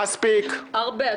הרבה.